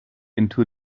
into